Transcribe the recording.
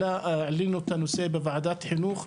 העלינו את הנושא בוועדת חינוך,